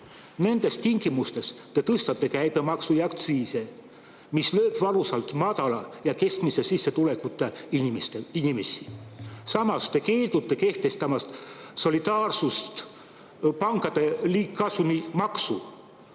Nendes tingimustes te tõstate käibemaksu ja aktsiise, mis lööb valusalt madala ja keskmise sissetulekuga inimesi. Samas keeldute kehtestamast solidaarset liigkasumimaksu